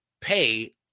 pay